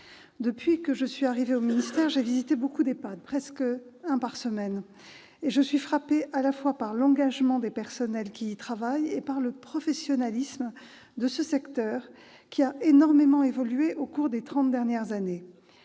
Depuis que je suis arrivée au ministère, j'ai visité beaucoup d'EHPAD, presque un par semaine, et je suis frappée à la fois par l'engagement des personnels qui y travaillent et par le professionnalisme de ce secteur, qui a énormément évolué au cours des trente dernières années.